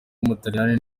w’umutaliyani